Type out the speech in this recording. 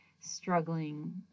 struggling